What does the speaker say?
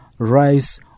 rice